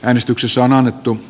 äänestyksessä on annettu